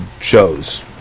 shows